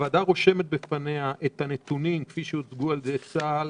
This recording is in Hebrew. הוועדה רושמת בפניה את הנתונים כפי שהוצגו על ידי צה"ל,